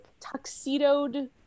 tuxedoed